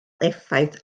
effaith